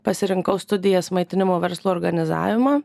pasirinkau studijas maitinimo verslo organizavimą